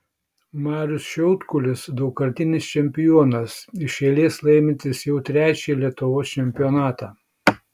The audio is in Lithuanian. marius šiaudkulis daugkartinis čempionas iš eilės laimintis jau trečiąjį lietuvos čempionatą